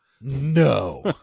No